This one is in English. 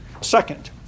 Second